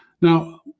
Now